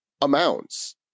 amounts